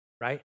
right